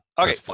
Okay